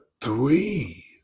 three